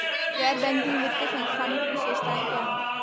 गैर बैंकिंग वित्तीय संस्थानों की विशेषताएं क्या हैं?